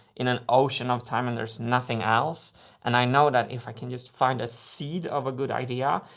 in an ocean of time, and there's nothing else and i know that if i can just find a seed of a good idea,